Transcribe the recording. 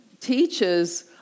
teaches